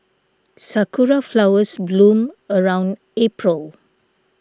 sakura flowers bloom around April